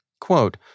Quote